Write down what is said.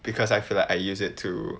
because I feel like I use it to